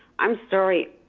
i'm sorry,